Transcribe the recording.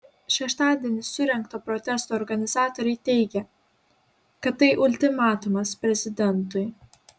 šeštadienį surengto protesto organizatoriai teigė kad tai ultimatumas prezidentui